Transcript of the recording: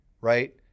right